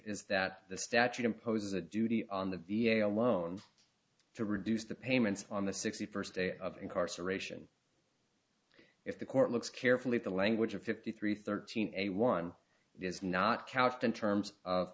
is that the statute imposes a duty on the v a alone to reduce the payments on the sixty first day of incarceration if the court looks carefully at the language of fifty three thirteen a one is not couched in terms of